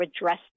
address